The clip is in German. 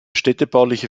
städtebauliche